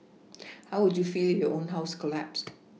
how would you feel your own house collapsed